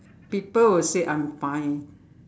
people will say I'm fine